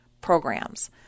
programs